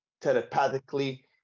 telepathically